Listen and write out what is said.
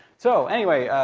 so anyway,